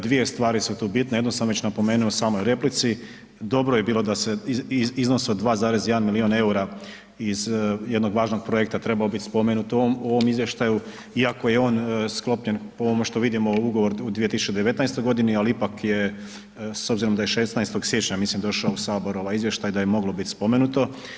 Dvije stvari su tu bitne jednu sam već napomenuo u samoj replici, dobro je bilo da se iznos 2,1 milijun EUR-a iz jednog važnog projekta trebao biti spomenut u ovom izvještaju iako je on sklopljen po ovome što vidimo, ugovor u 2019. g. ali ipak je s obzirom da je 16. siječnja, mislim došao u Sabor ovaj izvještaj, da je moglo biti spomenuto.